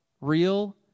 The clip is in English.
Real